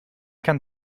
kann